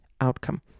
outcome